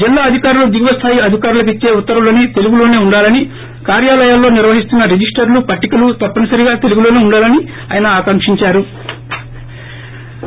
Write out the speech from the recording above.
జిల్లా అధికారులు దిగువ స్థాయి అధికారులకు ఇచ్చే ఉత్తర్వులన్ని తెలుగు లోసే ఉండాలని కార్యాలయాల్లో నిర్వహిస్తున్స రిజిస్టర్లు పట్టికలు తప్పనిసరిగా తెలుగులసే ఉండాలని ఆకాంకించారు